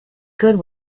good